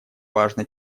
важно